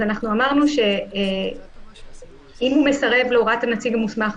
אז אמרנו שאם הוא מסרב להוראת הנציג המוסמך,